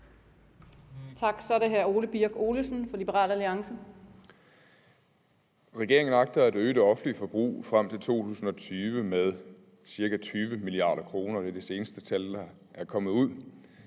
Regeringen agter at øge det offentlige forbrug frem til 2020 med ca. 20 mia. kr. Det er